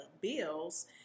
bills